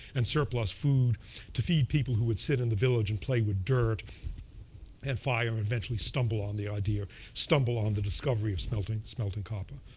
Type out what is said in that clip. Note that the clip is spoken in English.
and surplus food to feed people who would sit in the village and play with dirt and fire and eventually stumble on the idea, stumble on the discovery of smelting smelting copper.